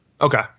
Okay